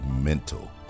Mental